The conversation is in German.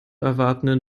erwartenden